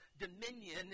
dominion